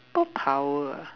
super power ah